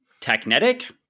Technetic